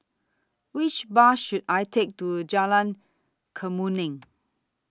Which Bus should I Take to Jalan Kemuning